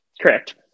Correct